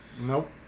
Nope